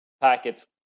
packets